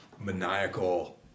maniacal